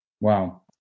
Wow